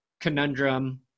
conundrum